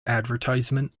advertisement